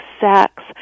sex